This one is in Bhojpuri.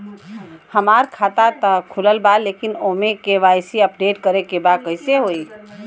हमार खाता ता खुलल बा लेकिन ओमे के.वाइ.सी अपडेट करे के बा कइसे होई?